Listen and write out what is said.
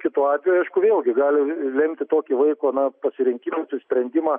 kitu atveju vėlgi gali lemti tokį vaiko na pasirinkimą apsisprendimą